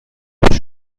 پیش